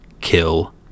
kill